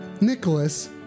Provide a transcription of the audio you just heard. Nicholas